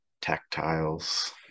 Tactiles